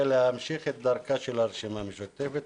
להמשיך את דרכה של הרשימה המשותפת,